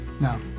Now